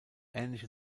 ähnliche